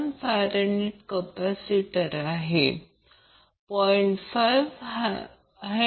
1Fकॅपॅसिटर 0